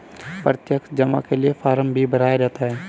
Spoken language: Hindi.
प्रत्यक्ष जमा के लिये फ़ार्म भी भराया जाता है